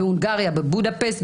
בהונגריה בבודפשט,